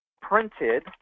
printed